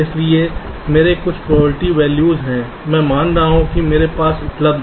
इसलिए मेरे कुछ प्रोबेबिलिटी वैल्यूज हैं मैं मान रहा हूं कि ये मेरे पास उपलब्ध हैं